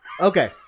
Okay